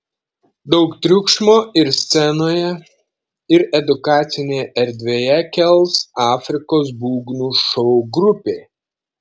daug triukšmo ir scenoje ir edukacinėje erdvėje kels afrikos būgnų šou grupė